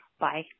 Bye